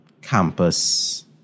campus